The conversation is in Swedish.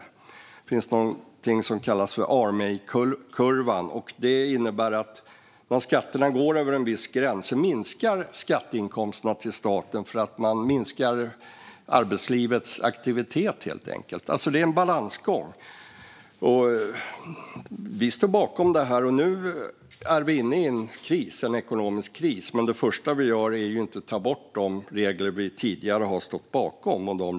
Det finns någonting som kallas Armeykurvan, som visar att skatteinkomsterna till staten minskar om skatterna går över en viss gräns därför att arbetslivets aktivitet helt enkelt minskar. Det är alltså en balansgång. Vi står bakom detta. Nu är vi inne i en ekonomisk kris, men det första vi gör är ju inte att ta bort de regler och reformer vi tidigare har stått bakom.